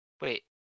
Wait